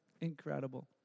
incredible